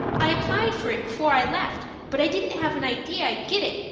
i applied for it before i left, but i didn't have an idea i'd get it,